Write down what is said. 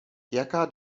jaká